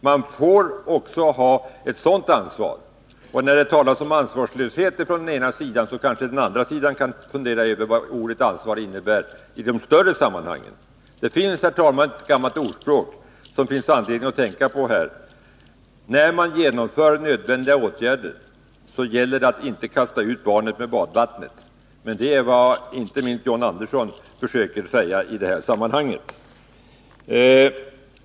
Man måste också ha ett sådant ansvar. När det talas om ansvarslöshet från den ena sidan, kanske den andra sidan kan fundera över vad ordet ansvar innebär i de större sammanhangen. Det finns, herr talman, ett gammalt ordspråk som man har anledning att tänka på här: När man genomför nödvändiga åtgärder gäller det att inte kasta ut barnet med badvattnet. Men det är vad inte minst John Andersson försöker göra i detta sammanhang.